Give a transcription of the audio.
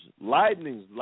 lightnings